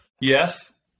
yes